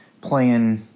playing